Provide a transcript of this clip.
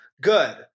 good